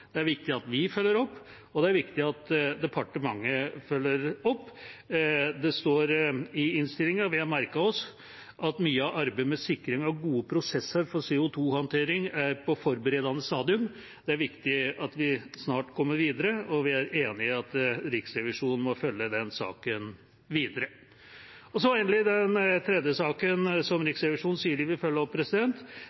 det er viktig at vi følger opp, og det er viktig at departementet følger opp. Det står i innstillinga at vi har merket oss at «mye av arbeidet med å sikre gode prosesser for CO 2 -håndtering er på et forberedende stadium». Det er viktig at vi snart kommer videre, og vi er enig i at Riksrevisjonen må følge den saken videre. Den tredje saken som